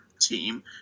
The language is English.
team